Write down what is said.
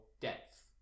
depth